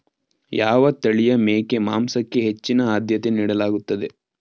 ಯಾವ ತಳಿಯ ಮೇಕೆ ಮಾಂಸಕ್ಕೆ ಹೆಚ್ಚಿನ ಆದ್ಯತೆ ನೀಡಲಾಗುತ್ತದೆ?